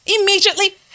immediately